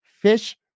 fish